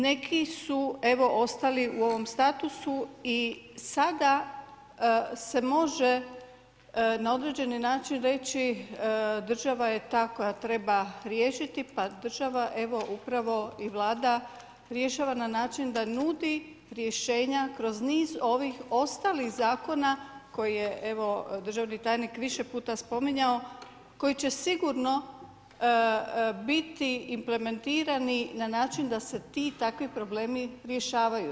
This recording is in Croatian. Neki su ostali u ovom statusu i sada se može na određeni način reći, država je ta koja treba riješiti, pa država, evo upravo i Vlada, rješava na način, da nudi rješenje kroz niz ovih ostalih zakona, koji je evo, državni tajnik više puta spominjao, koji će sigurno biti implementirani na način, da se ti i takvi problemi rješavaju.